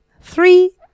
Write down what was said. Three